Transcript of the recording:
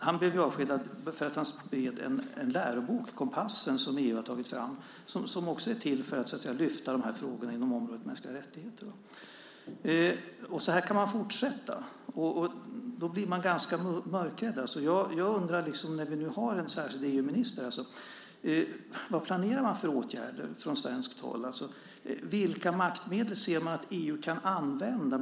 Han blev avskedad för att han spred en lärobok, Compass, som EU har tagit fram, som också är till för att lyfta upp de här frågorna inom området mänskliga rättigheter. Så här kan man fortsätta, och då blir man ganska mörkrädd. När vi nu har en särskild EU-minister undrar jag: Vad planerar man för åtgärder från svenskt håll? Vilka maktmedel ser man att EU kan använda?